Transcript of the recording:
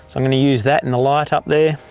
i'm going to use that in the light up there.